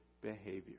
behavior